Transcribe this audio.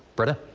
britta?